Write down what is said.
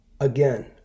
Again